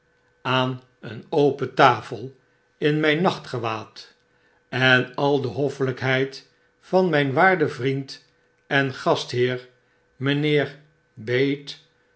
aan een open tafel in mijn nachtgewaad en al de ho ffelvjkheid van mijn waarden vriend engastheer mijnheer